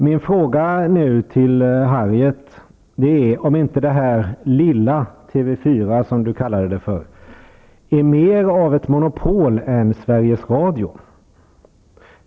Min fråga till Harriet Colliander är om inte det lilla TV 4, som hon kallade det, är mer av ett monopol än Sveriges Radio.